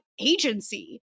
agency